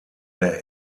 der